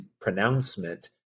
pronouncement